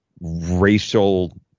racial